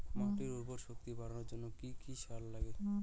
মাটির উর্বর শক্তি বাড়ানোর জন্য কি কি সার লাগে?